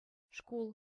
шкул